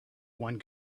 one